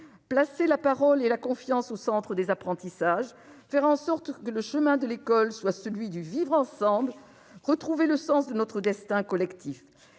Placer la parole et la confiance au centre des apprentissages, faire en sorte que le chemin de l'école soit celui du vivre ensemble, retrouver le sens de notre destin collectif,